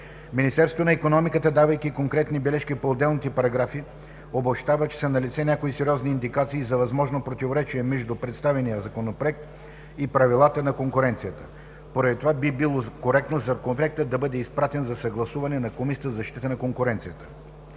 Министерството на икономиката, давайки конкретни бележки по отделните параграфи, обобщава, че са налице някои сериозни индикации за възможно противоречие между представения Законопроект и правилата на конкуренцията. Поради това би било коректно Законопроектът да бъде изпратен за съгласуване на Комисията за защита на конкуренцията.